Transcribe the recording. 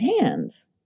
hands